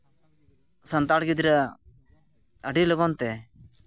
ᱥᱟᱱᱛᱟᱲ ᱜᱤᱫᱽᱨᱟᱹ ᱟᱹᱰᱤ ᱞᱚᱜᱚᱱ ᱛᱮ